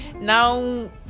now